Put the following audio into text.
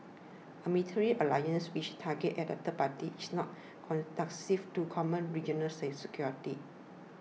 a military alliance which is targeted at a third party is not conducive to common regional security